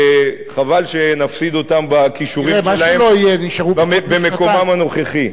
חבל שנפסיד אותם בכישורים שלהם במקומם הנוכחי.